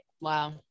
Wow